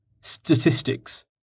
Statistics